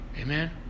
Amen